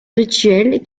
rituel